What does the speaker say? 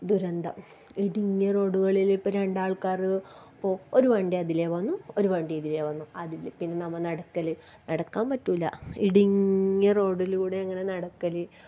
ദുരന്തം ഇടുങ്ങിയ റോഡുകളില് ഇപ്പം രണ്ടാൾക്കാറ് ഇപ്പോൾ ഒരു വണ്ടി അതിലെ വന്നു ഒരു വണ്ടി ഇതിലെ വന്നു അതില് പിന്നെ നമ്മൾ നടക്കല് നടക്കാൻ പറ്റില്ല ഇടുങ്ങിയ റോഡിലൂടെ അങ്ങനെ നടക്കല്